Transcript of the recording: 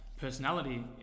personality